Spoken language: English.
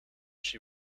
she